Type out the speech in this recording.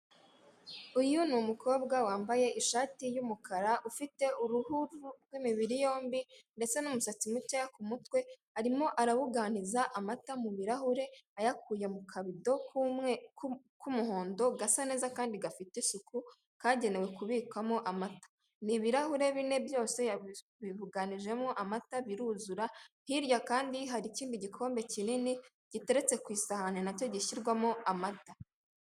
Uyu ni umukobwa wambaye ishati y'umukara ufite uruhu rw'imibiri yombi, ndetse n'umusatsi muke ku mutwe arimo arabuganiza amata mu birarahure ayakuye mu kabido k'umwe, k'umuhondo gasa neza kandi gafite isuku kagenewe kubikwamo amata. N'ibirahure bine byose bibuganijemo amata biruzura, hirya kandi hari ikindi gikombe kinini giteretse ku isahani nacyo gishyirwamo amata.